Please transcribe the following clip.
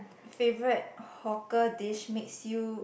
favourite hawker's dish makes you